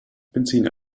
benzin